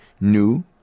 new